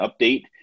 update